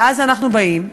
ואז אנחנו באים,